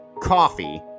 coffee